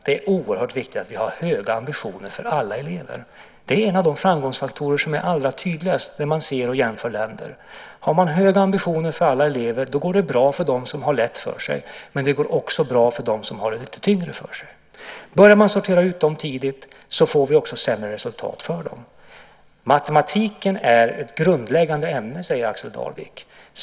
Det är oerhört viktigt att vi har höga ambitioner för alla elever. Det är den av framgångsfaktorerna som man ser allra tydligast när man jämför olika länder. Har man höga ambitioner för alla elever då går det bra för dem som har det lätt för sig, men det går också bra för dem som har det lite tyngre för sig. Börjar vi sortera ut eleverna tidigt får vi också sämre resultat. Matematiken är ett grundläggande ämne, säger Axel Darvik.